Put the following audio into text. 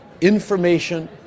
Information